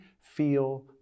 feel